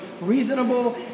reasonable